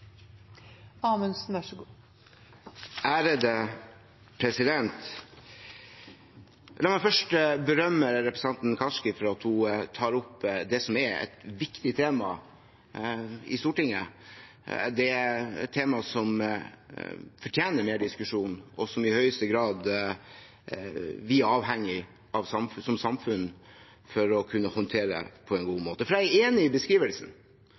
et viktig tema i Stortinget. Det er et tema som fortjener mer diskusjon, og som vi som samfunn i høyeste grad er avhengig av å kunne håndtere på en god måte. Jeg er enig i beskrivelsen